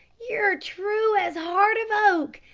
yer true as heart of oak.